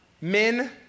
Men